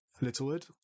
Littlewood